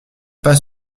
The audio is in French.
pas